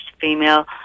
female